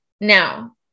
Now